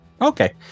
Okay